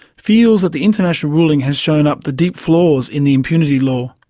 feels that the international ruling has shown up the deep flaws in the impunity law.